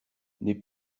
des